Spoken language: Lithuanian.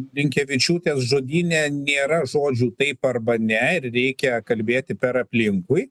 blinkevičiūtės žodyne nėra žodžių taip arba ne ir reikia kalbėti per aplinkui